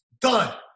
Done